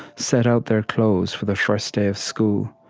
set out their clothes for the first day of school.